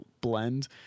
blend